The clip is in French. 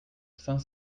cinq